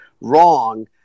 wrong